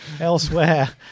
elsewhere